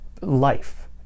life